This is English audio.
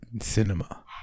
cinema